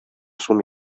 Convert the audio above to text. сум